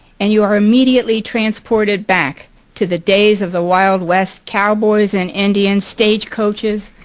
and you are immediately transported back to the days of the wild west cowboys and indians, stagecoaches,